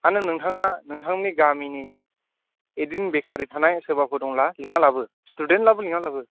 हा नों नोंथाङा नोंथांनि गामिनि बिदिनो बेखारै थानाय सोरबाफोर दंब्ला लिंना लाबो स्टुडेनब्लाबो लिंना लाबो